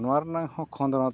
ᱱᱚᱣᱟ ᱨᱮᱱᱟᱜ ᱦᱚᱸ ᱠᱷᱚᱸᱫᱽᱨᱚᱱ